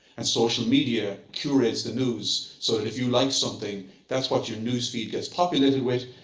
and social media curates the news so that if you like something that's what your news feed gets populated with,